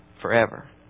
forever